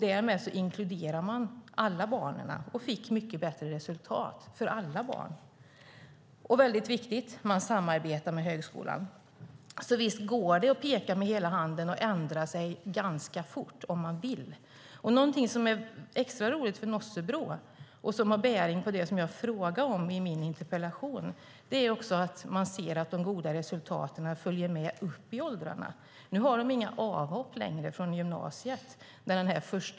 Därmed inkluderade man alla barnen och fick mycket bättre resultat för alla barn. Mycket viktigt var också samarbetet med högskolan. Visst går det att peka med hela handen och ändra ganska fort om man vill. Extra roligt för Nossebro är - det har bäring på det som jag frågade om när jag ställde min interpellation - att de ser att de goda resultaten följer med upp i åldrarna.